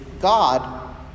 God